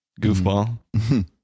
goofball